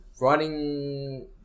running